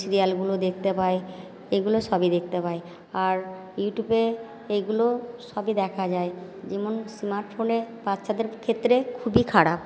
সিরিয়ালগুলো দেখতে পাই এগুলো সবই দেখতে পাই আর ইউটিউবে এগুলো সবই দেখা যায় যেমন স্মার্ট ফোনে বাচ্চাদের ক্ষেত্রে খুবই খারাপ